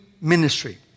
ministry